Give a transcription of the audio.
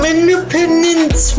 Independence